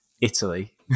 Italy